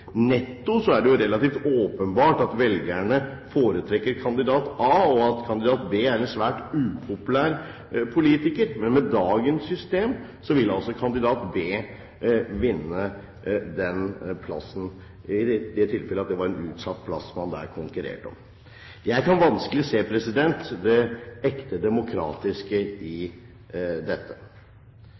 er det netto relativt åpenbart at velgerne foretrekker kandidat A, og at kandidat B er en svært upopulær politiker. Men med dagens system ville altså kandidat B vinne den plassen, i det tilfellet at det var en utsatt plass man konkurrerte om. Jeg kan vanskelig se det ekte demokratiske i dette.